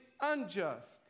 unjust